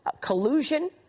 collusion